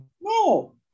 No